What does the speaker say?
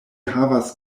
havas